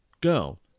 girl